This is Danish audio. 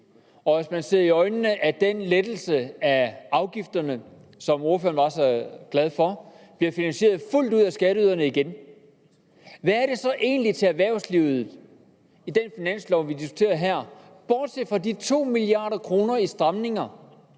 og hvis man ser i øjnene, at den lettelse af afgifterne, som ordføreren var så glad for, bliver finansieret fuldt ud af skatteyderne igen, hvad er der så egentlig til erhvervslivet i den finanslov, vi diskuterer her, bortset fra de 2 mia. kr. i stramninger,